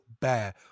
Bear